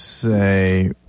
say